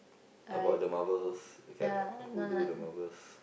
about the Marvels who do the Marvels